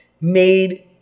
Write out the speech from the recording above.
made